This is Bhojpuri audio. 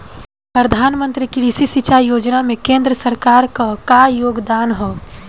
प्रधानमंत्री कृषि सिंचाई योजना में केंद्र सरकार क का योगदान ह?